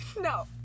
no